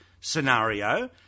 scenario